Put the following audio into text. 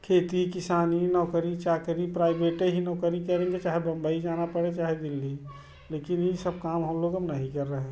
खेती किसानी नौकरी चाकरी प्राइवेट ही नौकरी करेंगे चाहे बम्बई जाना पड़े चाहे दिल्ली लेकिन ये सब काम हम लोग अब नहीं कर रहें